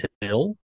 Hill